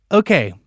okay